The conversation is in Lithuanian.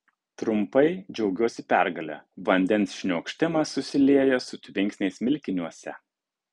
trumpai džiaugiuosi pergale vandens šniokštimas susilieja su tvinksniais smilkiniuose